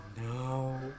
no